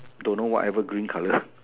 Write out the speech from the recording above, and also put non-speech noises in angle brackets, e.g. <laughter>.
don't know whatever green colour <noise>